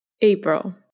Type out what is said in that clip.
April